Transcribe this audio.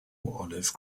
olive